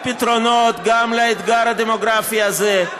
אפשר למצוא פתרונות גם לאתגר הדמוגרפי הזה.